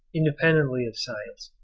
independently of science,